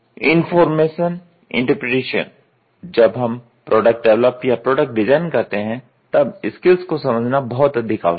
information interpretation जब हम product develop या प्रोडक्ट डिजाइन करते है तब स्किल्स को समझना बहुत अधिक आवश्यक है